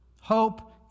Hope